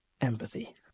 Empathy